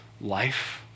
life